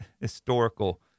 historical